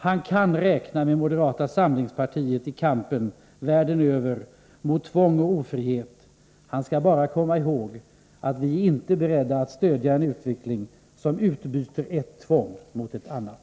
Han kan räkna med moderata samlingspar tiet i kampen, över hela världen, mot tvång och ofrihet. Han skall bara — Nr 103 komma ihåg att vi inte är beredda att stödja en utveckling som innebär att ett